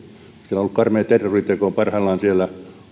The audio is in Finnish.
ollut karmea terroriteko parhaillaan siellä